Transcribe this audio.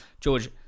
George